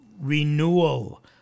renewal